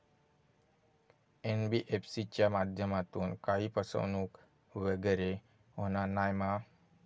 NBFC च्या माध्यमातून काही फसवणूक वगैरे होना नाय मा?